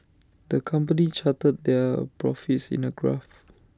the company charted their profits in A graph